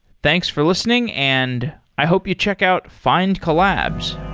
thanks for listening, and i hope you check out findcollabs.